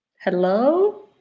Hello